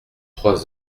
trois